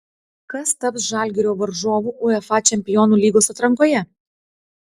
kas taps žalgirio varžovu uefa čempionų lygos atrankoje